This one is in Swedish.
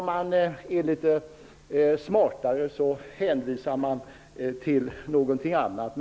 Är man litet smartare hänvisar man till någonting annat.